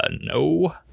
no